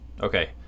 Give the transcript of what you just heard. Okay